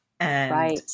Right